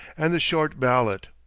and the short ballot.